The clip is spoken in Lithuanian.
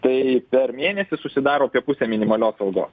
tai per mėnesį susidaro apie pusę minimalios algos